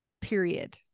period